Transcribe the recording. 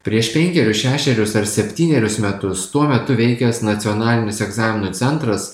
prieš penkerius šešerius ar septynerius metus tuo metu veikęs nacionalinis egzaminų centras